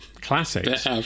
classics